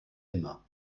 immer